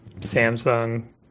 Samsung